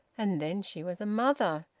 and then she was a mother!